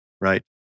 right